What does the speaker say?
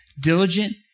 diligent